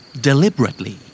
Deliberately